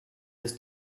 his